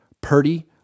Purdy